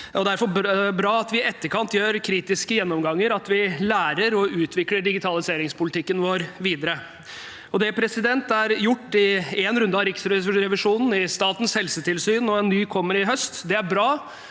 Det er derfor bra at vi i etterkant foretar kritiske gjennomganger, og at vi lærer og utvikler digitaliseringspolitikken vår videre. Det er gjort i én runde av Riksrevisjonen, i Statens helsetilsyn, og en ny kommer i høst. Det er bra,